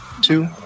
two